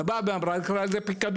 באה ואמרה זה פיקדון.